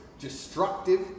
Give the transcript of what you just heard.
destructive